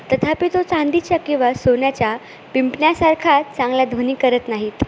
तथापि तो चांदीच्या किंवा सोन्याच्या पिंपाण्यासारखा चांगला ध्वनी करत नाहीत